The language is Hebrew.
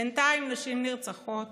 בינתיים נשים נרצחות.